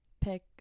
pick